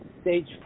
Stage